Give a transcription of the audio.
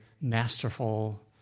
masterful